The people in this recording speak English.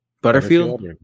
Butterfield